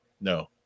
No